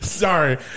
sorry